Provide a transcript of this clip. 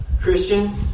Christian